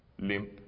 limp